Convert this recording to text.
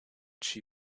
she